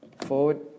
Forward